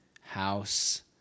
House